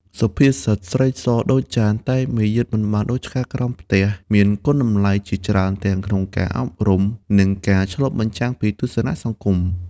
សុភាសិត "ស្រីសដូចចាន តែមាយាទមិនបានដូចឆ្កែក្រោមផ្ទះ" មានគុណតម្លៃជាច្រើនទាំងក្នុងការអប់រំ និងការឆ្លុះបញ្ចាំងពីទស្សនៈសង្គម។